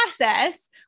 process